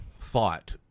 thought